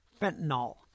fentanyl